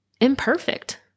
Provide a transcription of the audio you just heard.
Imperfect